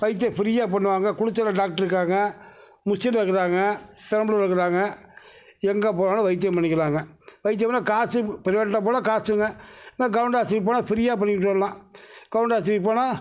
வைத்தியம் ஃப்ரீயாக பண்ணுவாங்க குளித்தலை டாக்ட்ரு இருக்காங்க முசிறியில் இருக்கிறாங்க பெரம்பலூரில் இருக்கிறாங்க எங்கே போனாலும் வைத்தியம் பண்ணிக்கலாம்ங்க வைத்தியம்னால் காசு ப்ரைவேட்டில் போனால் காசுங்க கவெர்மெண்டு ஆஸ்பத்திரிக்கு போனால் ஃப்ரீயாக பண்ணிகிட்டு வரலாம் கவெர்மெண்டு ஆஸ்பத்திரிக்கு போனால்